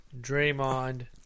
Draymond